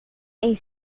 een